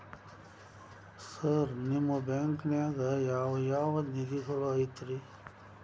Sir ನಿಮ್ಮ ಬ್ಯಾಂಕನಾಗ ಯಾವ್ ಯಾವ ನಿಧಿಗಳು ಐತ್ರಿ?